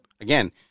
again